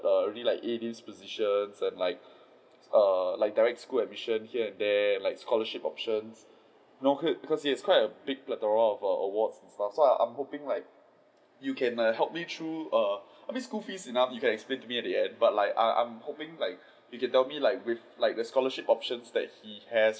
err really like position and like err direct school admission here and there like scholarship option you know be~ because it is quite a big phletora of award so I'm hoping like you can err help me through err I mean school fees enough you can explain to me in the end but like I'm I'm hoping like you can tell me like like the scholarship option that he has